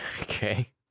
Okay